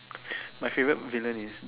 my favourite villain is